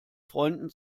freunden